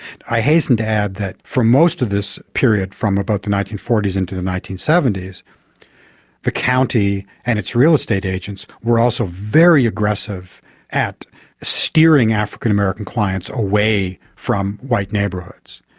i hasten to add that for most of this period from about the nineteen forty s into the nineteen seventy s the county and its real estate agents were also very aggressive at steering african-american clients away from white neighbourhoods.